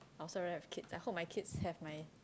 I also rather have kid I hope my kids have my